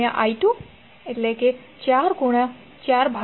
Pv2i24435